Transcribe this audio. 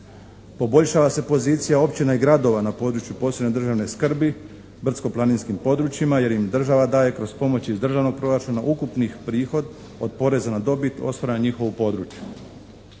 Poboljšava se pozicija općina i gradova na području posebne državne skrbi, brdsko-planinskim područjima jer im država daje kroz pomoć iz državnog proračuna ukupni prihod od poreza na dobit ostvaren na njihovom području.